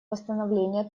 восстановления